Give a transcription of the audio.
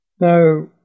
Now